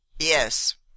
Yes